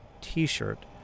T-shirt